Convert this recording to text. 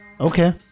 Okay